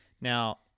Now